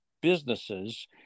businesses